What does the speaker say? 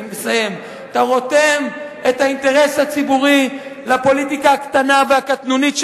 אתה רותם את האינטרס הציבורי לפוליטיקה הקטנה והקטנונית שלך.